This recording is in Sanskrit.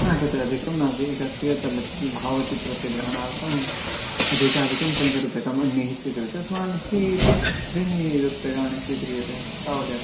हा तत्र अधिकं नास्ति एकस्य चलचित्रं भावचित्रस्य ग्रहणार्थम् अधिकाधिकं पञ्चरूप्यकम् अन्यैः स्वीक्रियते अस्माभिः त्रीणि रूप्यकाणि स्वीक्रियते तावदेव